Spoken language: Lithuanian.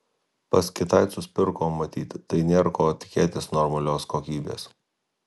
pas kitaicus pirko matyt tai nėr ko tikėtis normalios kokybės